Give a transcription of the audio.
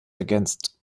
ergänzt